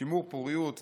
שימור פוריות,